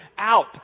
out